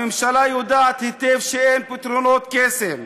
הממשלה יודעת היטב שאין פתרונות קסם.